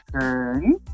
turn